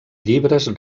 llibres